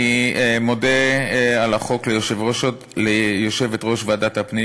אני מודה על החוק ליושבת-ראש ועדת הפנים